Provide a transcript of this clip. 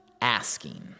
asking